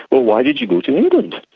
well, why did you go to england?